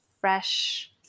fresh